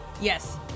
Yes